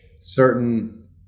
certain